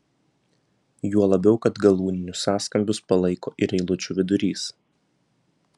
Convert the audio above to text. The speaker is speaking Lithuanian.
juo labiau kad galūninius sąskambius palaiko ir eilučių vidurys